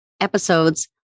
episodes